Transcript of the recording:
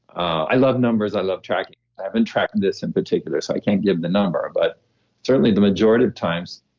i love numbers, i love tracking. i've been tracking this in particular so i can't give the number, but certainly the majority of times,